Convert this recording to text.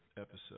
episode